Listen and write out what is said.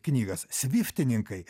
knygas sviftininkai